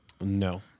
No